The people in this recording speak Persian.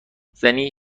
زنی